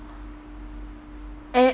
eh